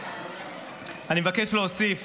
חברים, זה נושא, אני מבקש להוסיף